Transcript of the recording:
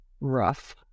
rough